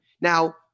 Now